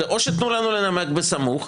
או שתיתנו לנו לנמק בסמוך,